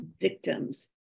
victims